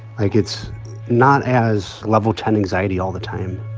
like, it's not as level ten anxiety all the time